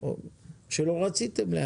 או שלא רציתם להקל.